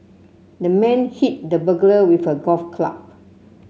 the man hit the burglar with a golf club